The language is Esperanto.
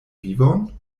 vivon